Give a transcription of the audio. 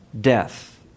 death